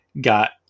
got